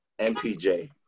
MPJ